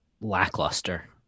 lackluster